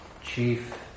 chief